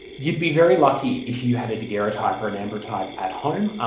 you'd be very lucky if you had a daguerreotype or an ambrotype at home.